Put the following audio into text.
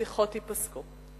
השיחות ייפסקו.